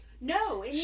No